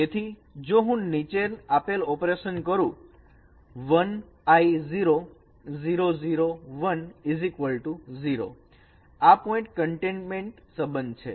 તેથી જો હું નીચે આપેલ ઓપરેશન કરું 1 i 0 0 0 1 0 આ પોઇન્ટ કન્ટેનમેન્ટ સંબંધ છે